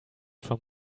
from